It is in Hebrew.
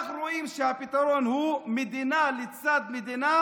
ואנחנו רואים שהפתרון הוא מדינה לצד מדינה